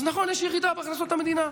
אז נכון, יש ירידה בהכנסות המדינה,